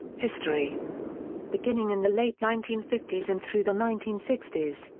history beginning in the late nineteen fifty s and through the nineteen sixty s,